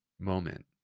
moment